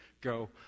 go